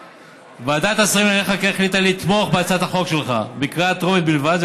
ועדת השרים החליטה לתמוך בהצעת החוק שלך בקריאה טרומית בלבד,